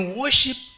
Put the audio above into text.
worship